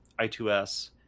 i2s